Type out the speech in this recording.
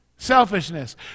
selfishness